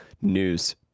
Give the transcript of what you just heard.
news